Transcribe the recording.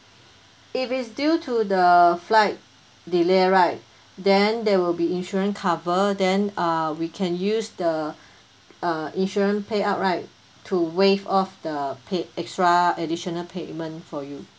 if it's due to the flight delay right then there will be insurance cover then uh we can use the uh insurance payout right to waive off the pay~ extra additional payment for you